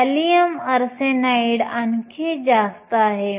gallium arsenide आणखी जास्त आहे